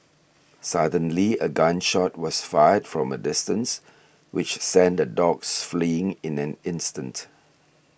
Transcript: suddenly a gun shot was fired from a distance which sent the dogs fleeing in an instant